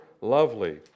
lovely